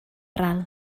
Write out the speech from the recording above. ral